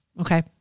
Okay